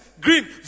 green